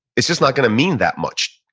it's just not going to mean that much.